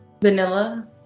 vanilla